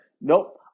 nope